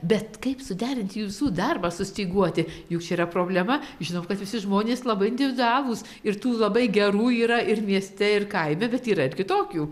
bet kaip suderint jų visų darbą sustyguoti juk čia yra problema žinom kad visi žmonės labai individualūs ir tų labai gerų yra ir mieste ir kaime bet yra ir kitokių